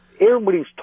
everybody's